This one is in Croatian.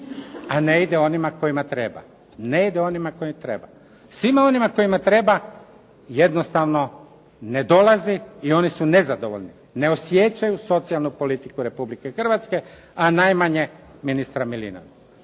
a ne ide onima kojima treba. Svima onima kojima treba jednostavno ne dolazi i oni su nezadovoljni. Ne osjećaju socijalnu politiku Republike Hrvatske a najmanje ministra Milinovića.